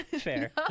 Fair